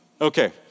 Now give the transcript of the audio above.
Okay